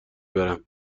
برم